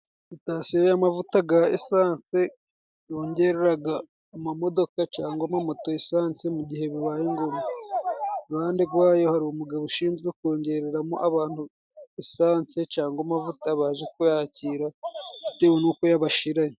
Sitasiyo y'amavuta ga esanse yongereraga amamodoka cangwa amamoto esanse mu gihe bibaye Ngombwa.I ruhande rwayo hari umugabo ushinzwe kongereramo abantu esanse cangwa amavuta baje kuyakira bitewe n'uko yabashiranye.